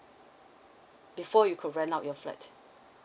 before you could rent out your flat